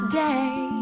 day